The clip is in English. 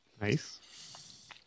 Nice